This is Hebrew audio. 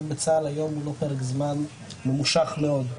בצה"ל היום הוא לא פרק זמן ממושך מאוד.